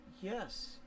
yes